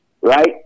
right